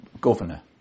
governor